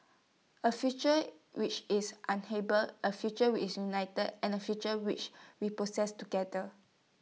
A future which is A future which is united and A future which we process together